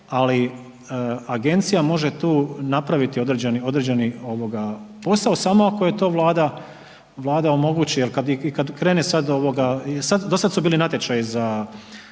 ali agencija može tu napraviti određeni posao samo ako joj to Vlada omogući. Jer i kad krene sad